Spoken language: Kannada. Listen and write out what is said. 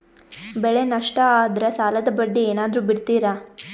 ಬೆಳೆ ನಷ್ಟ ಆದ್ರ ಸಾಲದ ಬಡ್ಡಿ ಏನಾದ್ರು ಬಿಡ್ತಿರಾ?